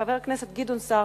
חבר הכנסת גדעון סער,